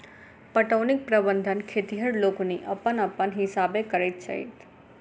पटौनीक प्रबंध खेतिहर लोकनि अपन अपन हिसाबेँ करैत छथि